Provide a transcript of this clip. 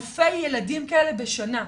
אלפי ילדים כאלה בשנה.